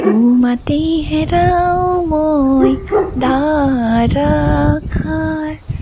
তোমাতেই হেৰাওঁ মই ধাৰাসাৰ